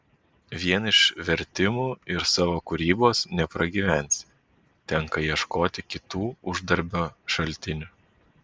vien iš vertimų ir savo kūrybos nepragyvensi tenka ieškoti kitų uždarbio šaltinių